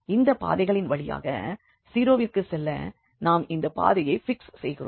இந்த பாதைகளின் வழியாக 0 விற்கு செல்ல நாம் இந்த பாதையை பிக்ஸ் செய்கிறோம்